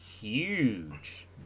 huge